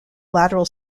lateral